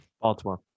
Baltimore